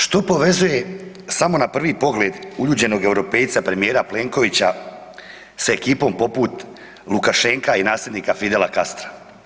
Što povezuje samo na prvi pogled uljuđenog Europejca premijera Plenkovića sa ekipom poput Lukašenka i nasljednika Fidela Castra?